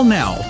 now